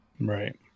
Right